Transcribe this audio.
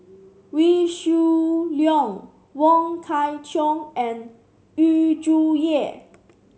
Wee Shoo Leong Wong Kwei Cheong and Yu Zhuye